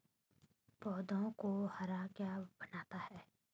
पौधों को हरा क्या बनाता है?